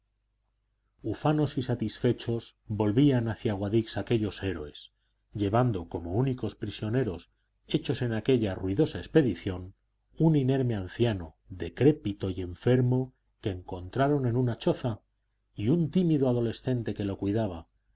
extranjeras ufanos y satisfechos volvían hacia guadix aquellos héroes llevando como únicos prisioneros hechos en aquella ruidosa expedición un inerme anciano decrépito y enfermo que encontraron en una choza y un tímido adolescente que lo cuidaba